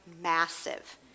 massive